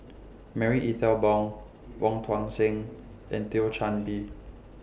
Marie Ethel Bong Wong Tuang Seng and Thio Chan Bee